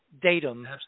datum